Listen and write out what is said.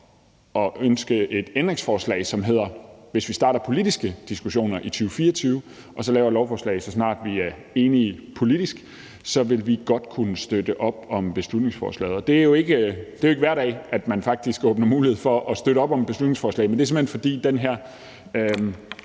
at få et ændringsforslag, som siger »hvis vi starter politiske diskussioner i 2024«, og så laver et lovforslag, så snart vi enige politisk, for så vil vi godt kunne støtte op om beslutningsforslaget. Og det er jo ikke hver dag, at man faktisk åbner mulighed for at støtte op om beslutningsforslag, men det er, simpelt hen fordi den her